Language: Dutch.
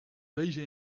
lezen